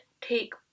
take